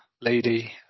lady